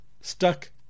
stuck